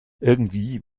irgendwie